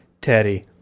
Teddy